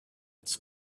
its